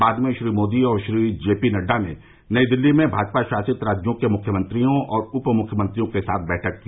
बाद में श्री मोदी और श्री जेपी नड्डा ने नई दिल्ली में भाजपाशासित राज्यों के मुख्यमंत्रियों और उप मुख्यमंत्रियों के साथ बैठक की